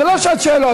זו לא שעת שאלות.